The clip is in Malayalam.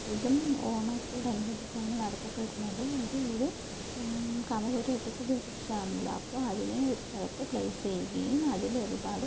ഇതും ഓണത്തോടനുബന്ധിച്ചാണ് നടത്തപ്പെടുന്നത് ഇത് ഒരു കമുകൊരു ഒറ്റത്തടി വൃക്ഷമാണല്ലോ അപ്പോൾ അതിനെ ഒരു സ്ഥലത്ത് പ്ലെയിസ് ചെയ്യുകയും അതിലൊരുപാട്